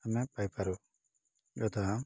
ଆମେ ପାଇପାରୁ ଯଥା